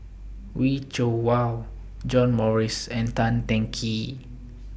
Wee Cho Yaw John Morrice and Tan Teng Kee